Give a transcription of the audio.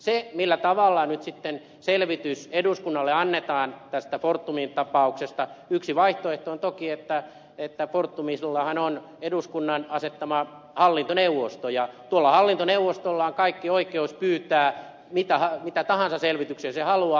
se millä tavalla nyt sitten selvitys eduskunnalle annetaan tästä fortumin tapauksesta yksi vaihtoehto on toki että fortumillahan on eduskunnan asettama hallintoneuvosto ja tuolla hallintoneuvostolla on kaikki oikeus pyytää mitä tahansa selvityksiä se haluaa